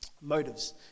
motives